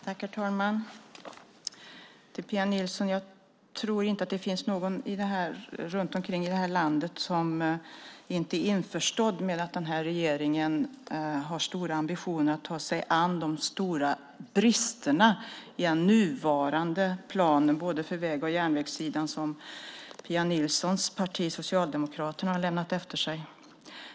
Herr talman! Till Pia Nilsson ska jag säga att jag inte tror att det finns någon i det här landet som inte är införstådd med att den här regeringen har stora ambitioner att ta sig an de stora bristerna i den nuvarande planen både för väg och järnvägssidan som Pia Nilssons parti Socialdemokraterna har lämnat efter sig.